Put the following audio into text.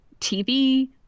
TV